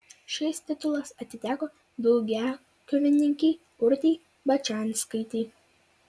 šis titulas atiteko daugiakovininkei urtei bačianskaitei